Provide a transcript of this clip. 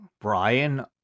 Brian